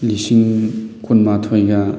ꯂꯤꯁꯤꯡ ꯀꯨꯟꯃꯥꯊꯣꯏꯒ